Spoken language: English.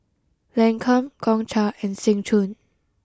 Lancome Gongcha and Seng Choon